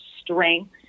strength